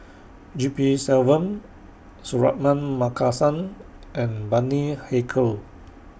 G P Selvam Suratman Markasan and Bani Haykal